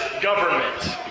government